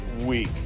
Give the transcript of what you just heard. week